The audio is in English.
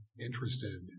interested